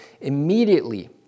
Immediately